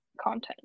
content